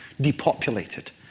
depopulated